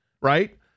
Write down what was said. right